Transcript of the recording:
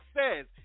says